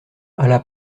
alla